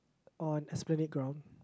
on esplanade ground